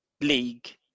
league